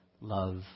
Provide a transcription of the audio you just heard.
love